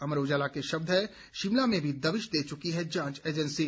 अमर उजाला के शब्द हैं शिमला में भी दबिश दे चुकी है जांच एजें सी